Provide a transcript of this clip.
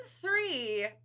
three